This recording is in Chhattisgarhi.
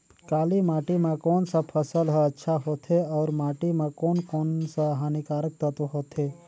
काली माटी मां कोन सा फसल ह अच्छा होथे अउर माटी म कोन कोन स हानिकारक तत्व होथे?